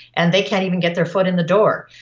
and they can't even get their foot in the door.